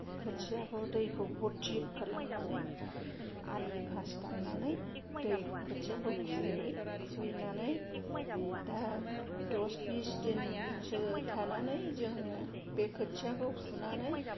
खोथियाखौ दैखौ बरथिख खालामनानै आलि फास्त दाननानै दै खोथियाखौ खुहैबाय खुहैनानै दा दस बिस दिनसो थानानै जोङो बे खोथियाखौ फुनानै